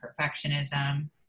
perfectionism